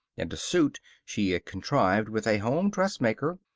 and a suit she had contrived with a home dressmaker,